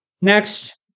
Next